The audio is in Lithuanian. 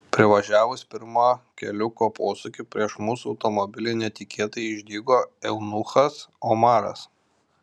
privažiavus pirmą keliuko posūkį prieš mūsų automobilį netikėtai išdygo eunuchas omaras